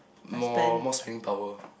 more more spending power